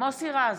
מוסי רז,